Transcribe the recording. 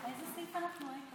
באיזה סעיף אנחנו?